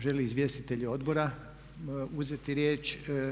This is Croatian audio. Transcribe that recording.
Žele li izvjestitelji odbora uzeti riječ?